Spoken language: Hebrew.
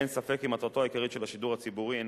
אין ספק כי מטרתו העיקרית של השידור הציבורי הינה